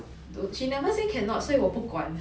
though she never say cannot say 所以我不管